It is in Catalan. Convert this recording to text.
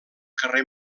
carrer